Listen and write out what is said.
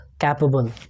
capable